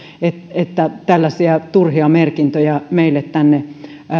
että tällaisia turhia merkintöjä meille tänne